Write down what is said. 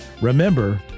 remember